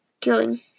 killing